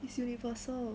is universal